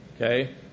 Okay